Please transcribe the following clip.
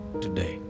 today